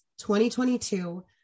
2022